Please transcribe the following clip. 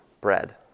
bread